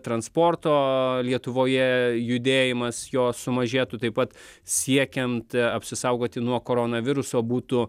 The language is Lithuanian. transporto lietuvoje judėjimas jo sumažėtų taip pat siekiant apsisaugoti nuo koronaviruso būtų